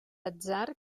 atzar